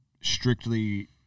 strictly